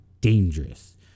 dangerous